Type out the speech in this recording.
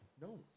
No